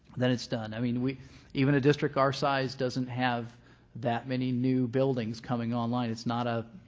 then it's done. i mean, we even a district our size doesn't have that many new buildings coming online. it's not a